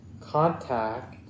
contact